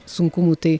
sunkumų tai